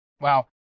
Wow